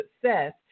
success